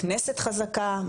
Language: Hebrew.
כנסת חזקה,